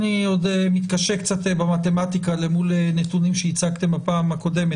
אני עוד מתקשה קצת במתמטיקה למול הנתונים שהצגתם בפעם הקודמת